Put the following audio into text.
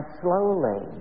slowly